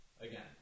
again